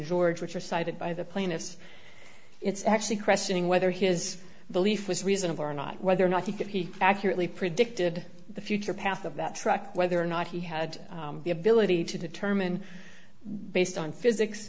george which are cited by the plaintiffs it's actually questioning whether his belief was reasonable or not whether or not he did he accurately predicted the future path of that truck whether or not he had the ability to determine based on physics